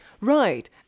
Right